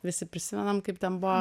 visi prisimenam kaip ten buvo